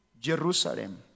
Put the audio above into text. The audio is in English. Jerusalem